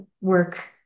work